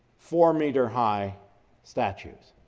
four meter high statues